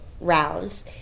rounds